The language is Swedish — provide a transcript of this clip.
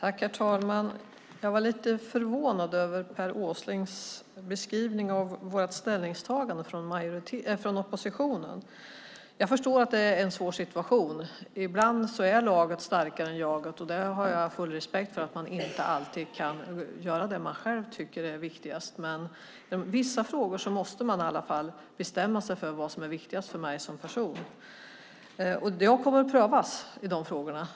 Herr talman! Jag blev lite förvånad över Per Åslings beskrivning av vårt ställningstagande från oppositionen. Jag förstår att det är en svår situation. Ibland är laget starkare än jaget, och jag har full respekt för att man inte alltid kan göra det man själv tycker är viktigast. Men i vissa frågor måste jag i alla fall bestämma mig för vad som är viktigast för mig som person. Jag kommer att prövas i de frågorna.